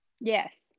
Yes